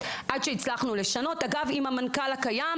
עד שהצלחנו לשנות יחד עם המנכ"ל הקיים,